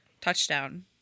touchdown